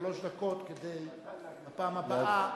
שלוש דקות כדי בפעם הבאה לרענן.